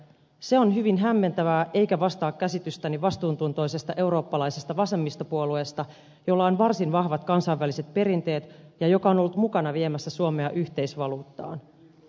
se on hyvin hämmentävää eikä vastaa käsitystäni vastuuntuntoisesta eurooppalaisesta vasemmistopuolueesta jolla on varsin vahvat kansainväliset perinteet ja joka on ollut mukana viemässä suomea yhteisvaluuttaan